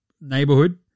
neighborhood